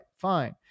fine